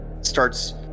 starts